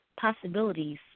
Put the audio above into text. Possibilities